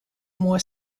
more